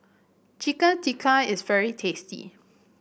Chicken Tikka is very tasty